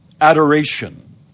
adoration